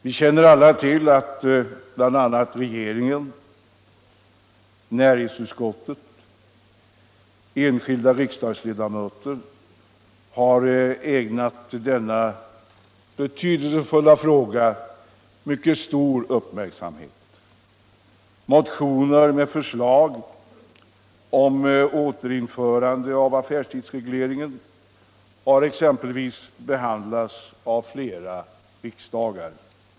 Vi känner alla till att såväl regeringen som näringsutskottet och enskilda riksdagsledamöter har ägnat denna betydelsefulla fråga mycket stor uppmärksamhet. Motioner med förslag om återinförande av affärstidsregleringen har också behandlats av flera riksdagar.